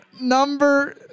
number